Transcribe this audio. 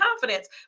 confidence